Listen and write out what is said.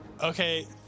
okay